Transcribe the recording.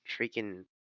freaking